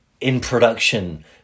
in-production